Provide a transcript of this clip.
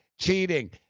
cheating